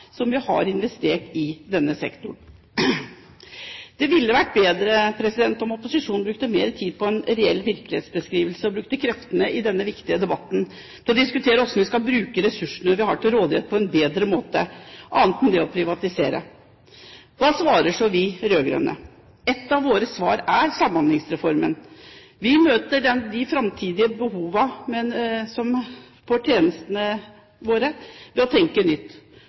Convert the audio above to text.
som vi har investert i denne sektoren. Det ville vært bedre om opposisjonen brukte mer tid på en reell virkelighetsbeskrivelse ved å bruke kreftene i denne viktige debatten til å diskutere hvordan vi skal bruke ressursene vi har til rådighet, på en bedre måte enn å privatisere. Hva svarer så vi rød-grønne? Ett av våre svar er Samhandlingsreformen. Vi møter de framtidige behovene for tjenestene våre ved å tenke nytt,